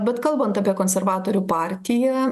bet kalbant apie konservatorių partiją